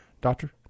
Doctor